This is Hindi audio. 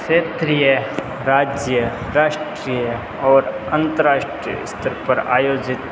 क्षेत्रीय राज्य राष्ट्रीय और अंतरराष्ट्रीय स्तर पर आयोजित